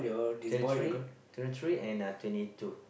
twenty three twenty three and uh twenty two